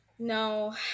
No